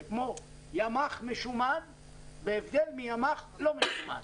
זה כמו ימ"ח משומן בהבדל מימ"ח לא משומן.